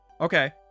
Okay